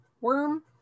worm